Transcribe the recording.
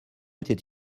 était